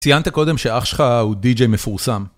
ציינת קודם שאח שלך הוא די-ג'יי מפורסם.